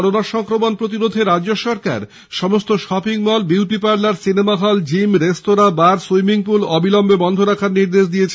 corona সংক্রমণ প্রতিরোধে রাজ্য সরকার সমস্ত shopping mall beauty parlour cinema hall gym restaurant bar swimming pool অবিলম্বে বন্ধ রাখার নির্দেশ দিয়েছে